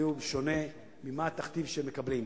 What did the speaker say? שיצביעו שונה מהתכתיב שהם מקבלים.